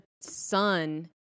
son